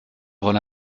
rôle